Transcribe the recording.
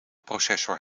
processor